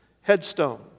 headstone